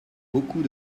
beaucoup